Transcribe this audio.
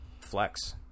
flex